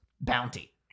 Bounty